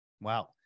Wow